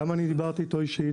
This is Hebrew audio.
גם אני דיברתי אתו אישית.